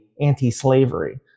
anti-slavery